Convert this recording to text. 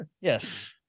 Yes